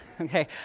Okay